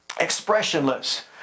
expressionless